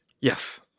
Yes